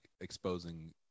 exposing